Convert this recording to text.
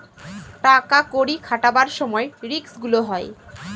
টাকা কড়ি খাটাবার সময় রিস্ক গুলো হয়